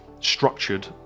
structured